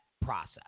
process